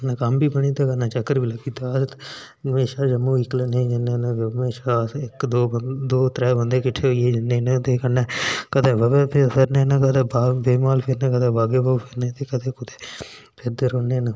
कन्नै कम्म बी करी औने ते चक्कर बी लाई औने कदें जम्मू कल्ले नीं जन्ने होन्ने हमोशां त्रैं बंदे इक्कठे गै जन्ने होन्ने ते कदें वेव माॅल फिरने कदें बाग ए ते कदे कदै फिरदे रौह्न्ने आं